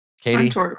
Katie